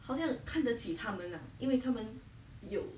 好像看得起他们 ah 因为他们有